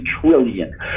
trillion